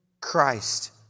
Christ